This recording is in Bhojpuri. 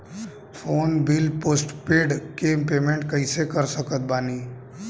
फोन बिल पोस्टपेड के पेमेंट कैसे कर सकत बानी?